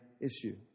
issue